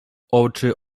oczy